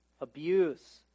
abuse